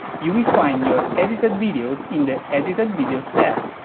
you will find your edited videos in the edited videos tab.